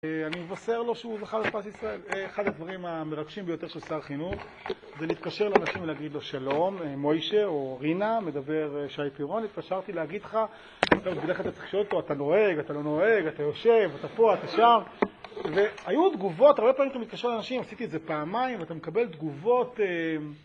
אני מבשר לו שהוא זכה בפרס ישראל אחד הדברים המרגשים ביותר של שר חינוך זה להתקשר לאנשים ולהגיד לו שלום מוישה או רינה מדבר שי פירון התקשרתי להגיד לך, בדרך כלל אתה צריך לשאול אותו, אתה נוהג, אתה לא נוהג, אתה יושב אתה פה, אתה שם, והיו תגובות, הרבה פעמים אתה מתקשר לאנשים עשיתי את זה פעמיים ואתה מקבל תגובות